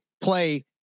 play